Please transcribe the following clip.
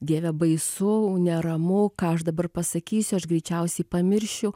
dieve baisu neramu ką aš dabar pasakysiu aš greičiausiai pamiršiu